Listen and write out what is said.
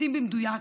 מתאים במדויק,